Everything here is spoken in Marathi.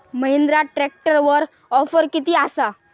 महिंद्रा ट्रॅकटरवर ऑफर किती आसा?